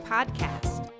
Podcast